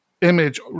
image